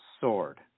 sword